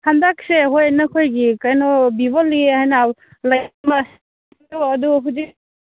ꯍꯟꯗꯛꯁꯦ ꯍꯣꯏ ꯅꯈꯣꯏꯒꯤ ꯀꯩꯅꯣ ꯗꯤꯋꯥꯂꯤ ꯍꯥꯏꯅ ꯑꯗꯣ ꯍꯧꯖꯤꯛ